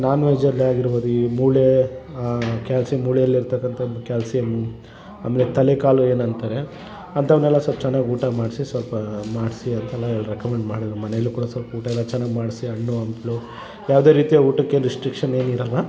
ನಾನ್ವೆಜಲ್ಲಿ ಆಗಿರ್ಬೋದು ಈ ಮೂಳೇ ಕ್ಯಾಲ್ಸಿಯಮ್ ಮೂಳೆಯಲ್ಲಿರ್ತಕ್ಕಂಥ ಒಂದು ಕ್ಯಾಲ್ಸಿಯಮ್ ಅಂದರೆ ತಲೆ ಕಾಲು ಏನೋ ಅಂತಾರೆ ಅಂಥವ್ನೆಲ್ಲ ಸ್ವಲ್ಪ ಚೆನ್ನಾಗ್ ಊಟ ಮಾಡಿಸಿ ಸ್ವಲ್ಪ ಮಾಡಿಸಿ ಅಂತೆಲ್ಲಾ ಹೇಳಿ ರೆಕಮಂಡ್ ಮಾಡಿದರು ಮನೇಲು ಕೂಡ ಸ್ವಲ್ಪ ಊಟ ಎಲ್ಲ ಚೆನ್ನಾಗ್ ಮಾಡಿಸಿ ಹಣ್ಣು ಹಂಪ್ಲು ಯಾವುದೇ ರೀತಿಯ ಊಟಕ್ಕೆನು ರಿಸ್ಟ್ರಿಕ್ಷನ್ ಏನಿರೋಲ್ಲ